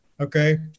okay